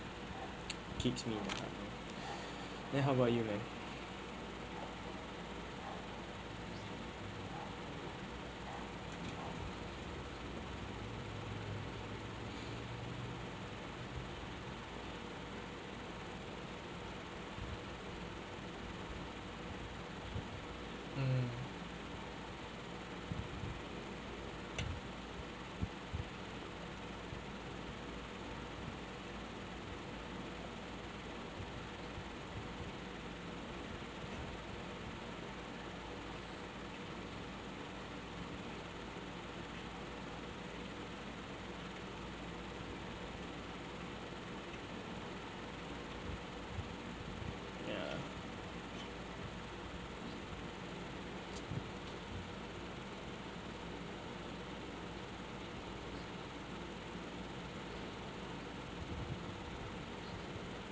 kicks me then how about you Nick mm ya